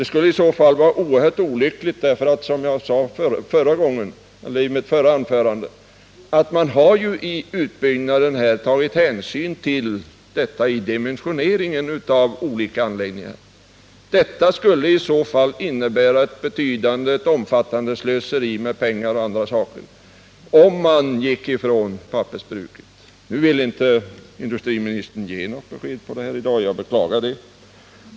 Det skulle i så fall vara oerhört olyckligt, för man har — som jag sade i mitt förra anförande — tagit hänsyn till ett kommande pappersbruk vid dimensioneringen av olika anläggningar. Det skulle innebära ett omfattande slöseri med pengar och andra resurser, om man nu går ifrån planerna på ett pappersbruk. Industriministern vill inte ge något besked i dag på den här punkten. Jag beklagar det.